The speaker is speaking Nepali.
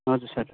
हजुर सर